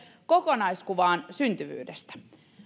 kokonaiskuvasta